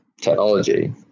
technology